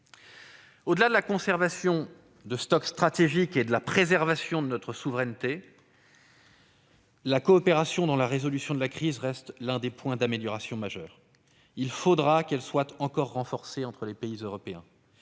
Au-delà de la conservation de stocks stratégiques et de la préservation de notre souveraineté, la coopération dans la résolution de la crise reste l'un des points majeurs d'amélioration. Il faudra que cette coopération soit encore renforcée entre les pays européens.